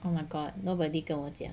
oh my god nobody 跟我讲